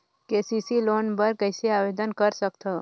KCC loan बर कइसे आवेदन कर सकथव?